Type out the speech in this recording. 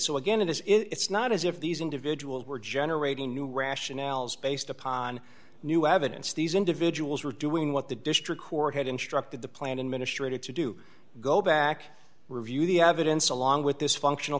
so again it is it's not as if these individuals were generating new rationales based upon new evidence these individuals were doing what the district court had instructed the plan administrator to do go back review the evidence along with this functional